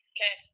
Okay